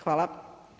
Hvala.